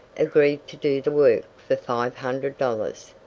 agreed to do the work for five hundred dollars,